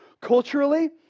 culturally